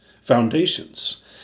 foundations